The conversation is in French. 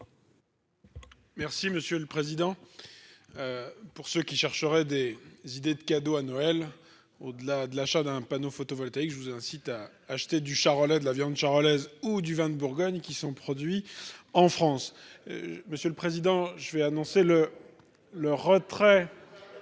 Merci monsieur le président, pour ceux qui chercheraient des idées de cadeaux à Noël, au-delà de l'achat d'un panneau photovoltaïque je vous incite à acheter du Charolais de la viande charolaise ou du vin de Bourgogne qui sont produits en France, monsieur le président je vais annoncer le le retrait.